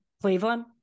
Cleveland